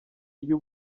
iyo